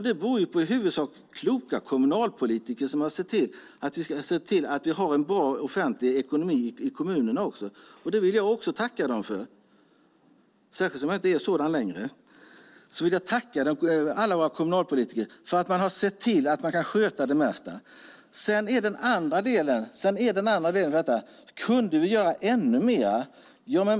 Det beror i huvudsak på kloka kommunalpolitiker som har sett till att vi har en bra offentlig ekonomi i kommunerna. Eftersom jag inte är kommunalpolitiker längre vill jag tacka alla våra kommunalpolitiker för att de har sett till att sköta detta. Kunde vi göra ännu mer?